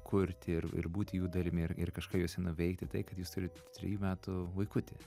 kurti ir ir būti jų dalimi ir ir kažką juose nuveikti tai kad jūs trijų metų vaikutį